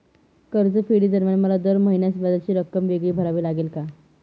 कर्जफेडीदरम्यान मला दर महिन्यास व्याजाची रक्कम वेगळी भरावी लागेल का?